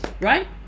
right